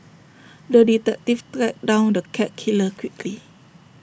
the detective tracked down the cat killer quickly